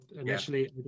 initially